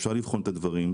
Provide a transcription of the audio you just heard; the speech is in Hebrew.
אפשר לבחון את הדברים.